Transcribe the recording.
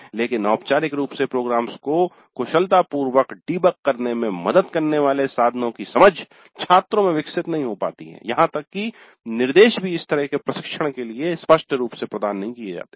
लेकिन औपचारिक रूप से प्रोग्राम्स को कुशलतापूर्वक डिबग करने में मदद करने वाले साधनो की समझ छात्रों में विकसित नहीं हो पाती है यहाँ तक की निर्देश भी इस तरह के प्रशिक्षण के लिए स्पष्ट रूप से प्रदान नहीं किये जाते है